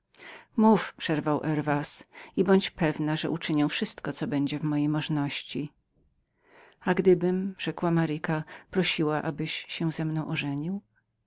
mów przerwał herwas i bądź pewną że uczynię wszystko co będzie w mojej możności a gdybym rzekła maryka prosiła abyś się ze mną